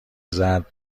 زرد